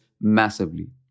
massively